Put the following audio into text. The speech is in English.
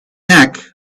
neck